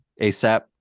asap